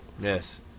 Yes